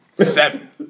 Seven